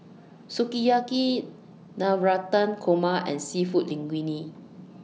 Sukiyaki Navratan Korma and Seafood Linguine